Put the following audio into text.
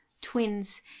twins